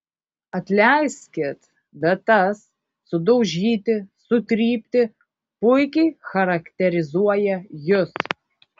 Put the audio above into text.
atleiskit bet tas sudaužyti sutrypti puikiai charakterizuoja jus